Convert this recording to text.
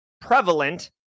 prevalent